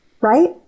Right